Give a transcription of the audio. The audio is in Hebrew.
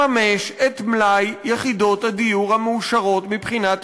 לממש את מלאי יחידות הדיור המאושרות מבחינה תכנונית.